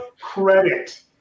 Credit